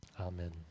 Amen